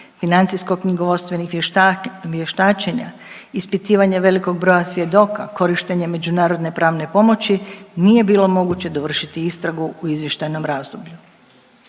financijsko-knjigovodstvenih vještačenja, ispitivanja velikog broja svjedoka, korištenja međunarodne pravne pomoći nije bilo moguće dovršiti istragu u izvještajnom razdoblju.